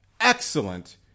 excellent